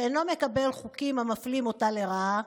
שאינו מקבל חוקים המפלים אותן לרעה.